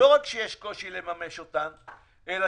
לא רק שיש קושי לממשם, אלא